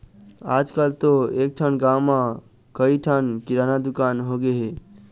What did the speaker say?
आजकल तो एकठन गाँव म कइ ठन किराना दुकान होगे हे